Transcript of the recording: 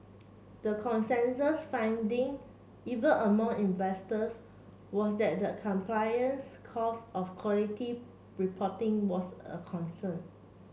the consensus finding even among investors was that the compliance cost of quality reporting was a concern